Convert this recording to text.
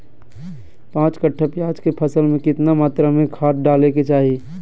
पांच कट्ठा प्याज के फसल में कितना मात्रा में खाद डाले के चाही?